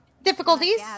Difficulties